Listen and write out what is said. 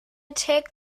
take